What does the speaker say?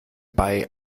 bei